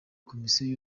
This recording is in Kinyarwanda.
komisiyo